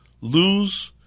lose